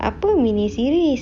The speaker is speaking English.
apa mini series